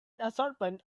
assortment